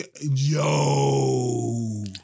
Yo